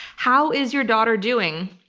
how is your daughter doing?